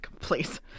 Please